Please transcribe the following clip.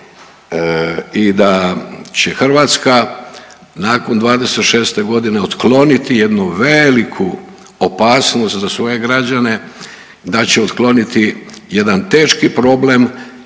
i da će Hrvatska nakon 2026. godine otkloniti jednu veliku opasnost za svoje građane, da će otkloniti jedan teški problem